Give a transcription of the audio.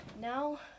now